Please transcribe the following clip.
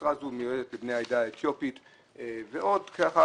משרה זו מיועדת לבני העדה האתיופית ועוד ועוד.